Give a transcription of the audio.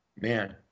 man